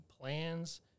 plans